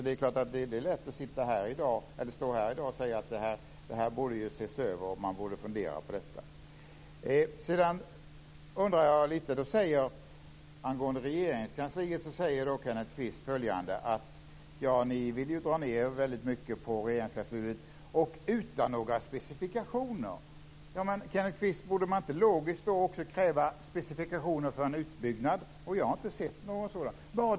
Det är då lätt att stå här i dag och säga att detta borde ses över och att man borde fundera på detta. Angående Regeringskansliet säger Kenneth Kvist: Ni vill ju dra ned väldigt mycket på Regeringskansliet. Och han gör det utan några specifikationer. Kenneth Kvist, borde man då inte logiskt också kräva specifikationer för en utbyggnad? Jag har inte sett någon sådan.